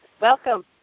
Welcome